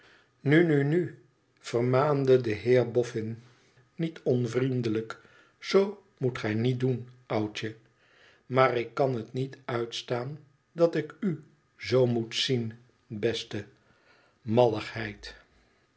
nu nu nu vermaande de heer boffin niet onvriendelijk zoo moet gij niet doen oudje maar ik kan het niet uitstaan dat ik u zoo moet zien beste